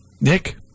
Nick